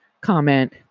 comment